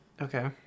Okay